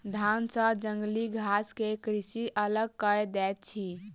धान सॅ जंगली घास के कृषक अलग कय दैत अछि